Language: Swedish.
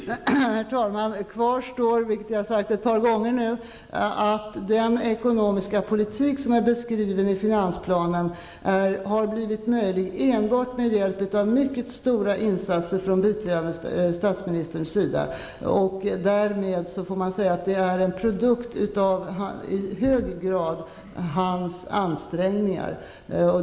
Herr talman! Kvar står, vilket jag har sagt ett par gånger, att den ekonomiska politik som beskrivs i finansplanen har blivit möjlig enbart med hjälp av mycket stora insatser från biträdande statsministerns sida. Därmed får man säga att den i hög grad är en produkt av hans ansträngningar.